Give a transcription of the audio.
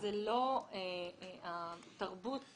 שתרבות